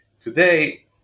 today